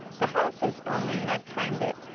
the house is only and i've timed it